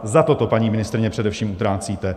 Za toto, paní ministryně, především utrácíte.